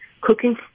cooking